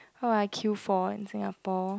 what will I queue for in Singapore